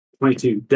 Twenty-two